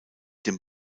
dem